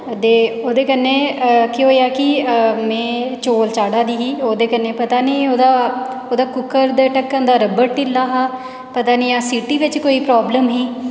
ते ओह्दे कन्नै केह् होएया कि में चौल चाढ़ा दी ही ओह्दे कन्नै पता नीं ओह्दा कुक्कर दे ढक्कन दा रबड़ ढिल्ला हा पता नेईं या सीटी बिच कोई प्राब्लम ही